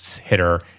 hitter